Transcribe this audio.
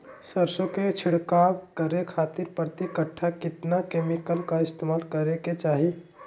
सरसों के छिड़काव करे खातिर प्रति कट्ठा कितना केमिकल का इस्तेमाल करे के चाही?